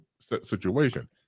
situation